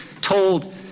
told